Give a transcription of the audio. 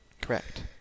Correct